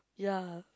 ya